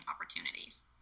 opportunities